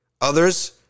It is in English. Others